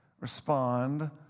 Respond